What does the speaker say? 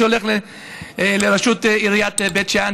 שהולך לראשות עיריית בית שאן,